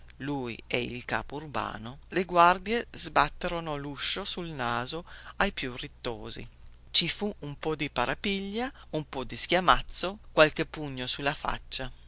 lui e il capo urbano le guardie sbatterono luscio sul naso ai più riottosi ci fu un po di parapiglia un po di schiamazzo qualche pugno sulla faccia